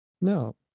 No